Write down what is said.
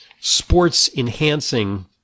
sports-enhancing